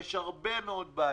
יש הרבה מאוד בעיות.